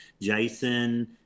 Jason